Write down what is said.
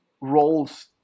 roles